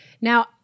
Now